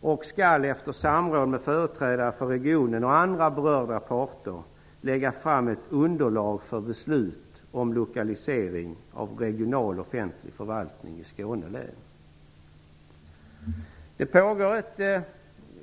Denna utredare skall efter samråd med företrädare för regionen, och med andra berörda parter, lägga fram ett underlag för beslut om lokalisering av regional offentlig förvaltning i Skåne län. Det pågår ett